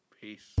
Peace